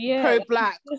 Pro-black